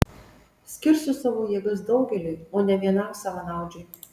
skirsiu savo jėgas daugeliui o ne vienam savanaudžiui